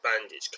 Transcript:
bandage